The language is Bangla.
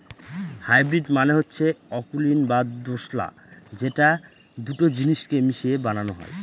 হাইব্রিড মানে হচ্ছে অকুলীন বা দোঁশলা যেটা দুটো জিনিস কে মিশিয়ে বানানো হয়